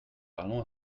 parlons